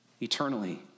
eternally